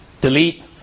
delete